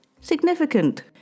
significant